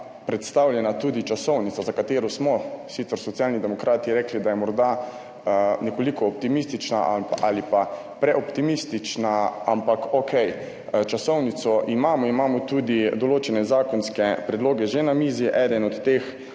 predstavljena tudi časovnica, za katero smo sicer Socialni demokrati rekli, da je morda nekoliko optimistična ali pa preoptimistična, ampak okej, časovnico imamo, imamo tudi določene zakonske predloge že na mizi. Eden od teh